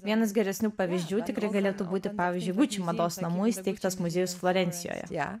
vienas geresnių pavyzdžių tikrai galėtų būti pavyzdžiui gucci mados namų įsteigtas muziejus florencijoje